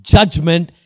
Judgment